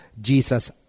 Jesus